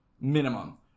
minimum